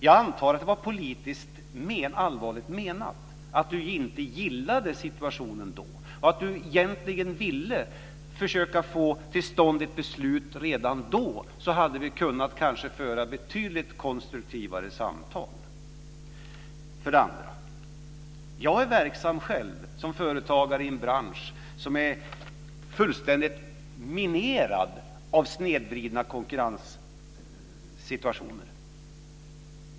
Jag antar att det var politiskt allvarligt menat, att han inte gillade situationen då, att han egentligen ville försöka få till stånd ett beslut redan då. Då hade vi kanske kunnat föra betydligt konstruktivare samtal. För det andra är jag själv verksam som företagare i en bransch som är fullständigt minerad med snedvridna konkurrenssituationer.